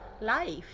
life